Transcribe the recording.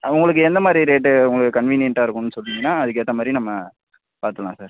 உங்களுக்கு எந்த மாதிரி ரேட்டு உங்களுக்கு கன்வீனியன்ட்டாக இருக்குன்னு சொன்னிங்கனா அதுக்கேற்ற மாதிரி நம்ம பார்த்துக்குலாம் சார்